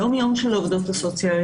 היום העובדות קיימות עובדות סוציאליות